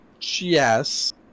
Yes